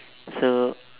so